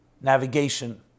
navigation